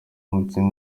umukinnyi